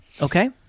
Okay